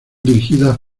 dirigidas